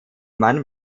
mann